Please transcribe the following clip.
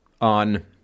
on